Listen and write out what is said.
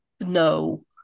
no